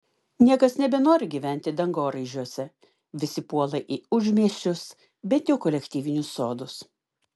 niekas nebenori gyventi dangoraižiuose visi puola į užmiesčius bent jau kolektyvinius sodus